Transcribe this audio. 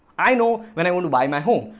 i know when i want to buy my home,